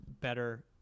better